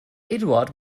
eduard